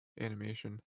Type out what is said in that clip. animation